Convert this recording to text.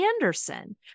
Anderson